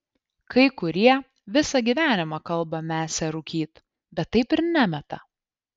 kai kurie visą gyvenimą kalba mesią rūkyti bet taip ir nemeta